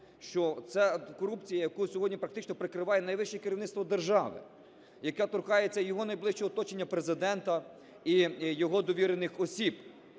що це корупція, яку сьогодні практично прикриває найвище керівництво держави, яка торкається його найближчого оточення Президента і його довірених осіб.